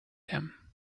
them